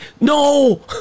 No